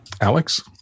Alex